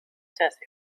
التاسعة